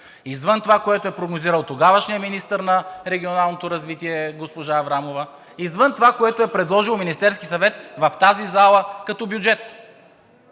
извън това, което е прогнозирал тогавашният министър на регионалното развитие госпожа Аврамова, извън това, което е предложил Министерският съвет в тази зала като бюджет